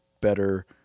better